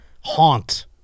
haunt